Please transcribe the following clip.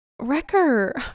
Wrecker